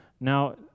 Now